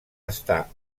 està